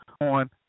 on